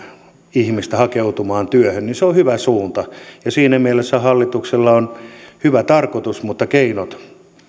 ihmistä hakeutumaan työhön se on hyvä suunta ja siinä mielessä hallituksella on hyvä tarkoitus mutta keinot